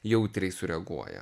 jautriai sureaguoja